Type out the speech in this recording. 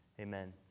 Amen